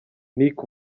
nick